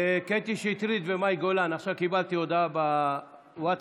קטי שטרית ומאי גולן, עכשיו קיבלתי הודעה בווטסאפ: